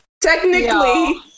technically